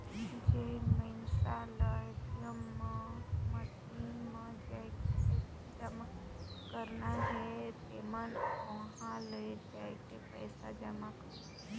जेन मइनसे ल ए.टी.एम मसीन म जायके पइसा जमा करना हे तेमन उंहा ले जायके पइसा जमा करथे